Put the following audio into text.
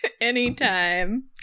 Anytime